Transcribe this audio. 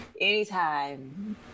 Anytime